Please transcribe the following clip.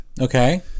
Okay